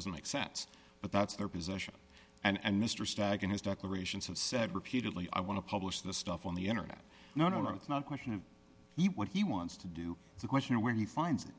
doesn't make sense but that's their position and mr stagg in his declarations have said repeatedly i want to publish the stuff on the internet no no no it's not a question of what he wants to do it's a question of where he finds it